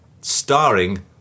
starring